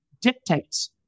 dictates